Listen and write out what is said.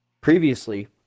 Previously